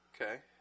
Okay